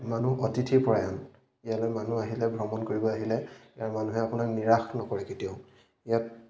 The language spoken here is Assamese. মানুহ অতিথিপৰায়ণ ইয়ালৈ মানুহ আহিলে ভ্ৰমণ কৰিব আহিলে মানুহে আপোনাক নিৰাশ নকৰে কেতিয়াও ইয়াত